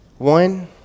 One